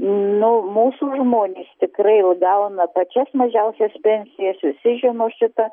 nu mūsų žmonės tikrai jau gauna pačias mažiausias pensijas visi žino šitą